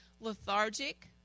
lethargic